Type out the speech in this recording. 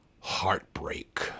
heartbreak